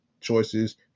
choices